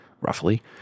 roughly